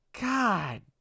God